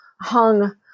hung